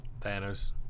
Thanos